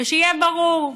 ושיהיה ברור: